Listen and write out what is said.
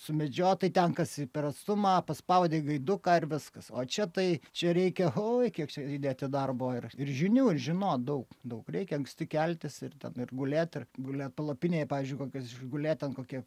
sumedžiot tai ten kas per atstumą paspaudei gaiduką ir viskas o čia tai čia reikia oi kiek čia įdėti darbo ir ir žinių ar žinot daug daug reikia anksti keltis ir ten ir gulėt ir gulėt palapinėj pavyzdžiui kokias išgulėt ten kokie